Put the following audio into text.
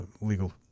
legal